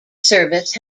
service